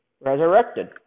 resurrected